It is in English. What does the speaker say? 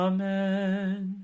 Amen